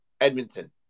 Edmonton